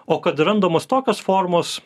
o kad randamos tokios formos